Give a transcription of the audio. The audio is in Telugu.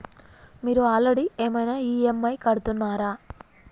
మీరు ఆల్రెడీ ఏమైనా ఈ.ఎమ్.ఐ కడుతున్నారా?